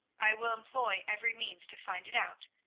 i will employ every means to find it out,